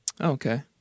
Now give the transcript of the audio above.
Okay